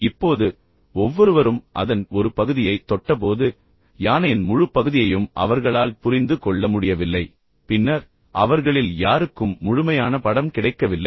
இப்போது ஒவ்வொருவரும் அதன் ஒரு பகுதியை தொட்டபோது யானையின் முழு பகுதியையும் அவர்களால் புரிந்து கொள்ள முடியவில்லை பின்னர் அவர்களில் யாருக்கும் முழுமையான படம் கிடைக்கவில்லை